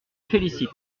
félicite